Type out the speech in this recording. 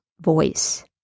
voice